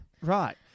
Right